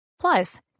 Plus